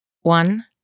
One